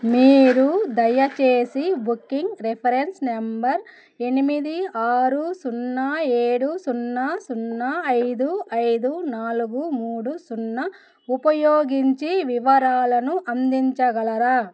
మీరు దయచేసి booking reference number ఎనిమిది ఆరు సున్నా ఏడు సున్నా సున్నా ఐదు ఐదు నాలుగు మూడు సున్నా ఉపయోగించి వివరాలను అందించగలరా